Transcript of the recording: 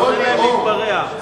תן להם להתפרע.